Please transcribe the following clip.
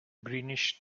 greenish